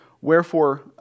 Wherefore